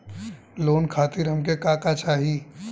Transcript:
Loan खातीर हमके का का चाही?